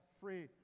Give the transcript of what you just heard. free